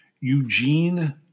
Eugene